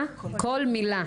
קולמילה